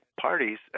parties